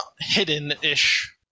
hidden-ish